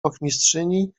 ochmistrzyni